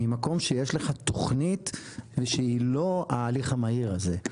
ממקום שיש לך תוכנית ושהיא לא ההליך המהיר הזה.